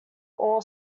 all